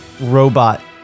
robot